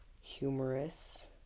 Humorous